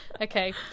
Okay